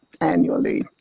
annually